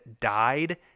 died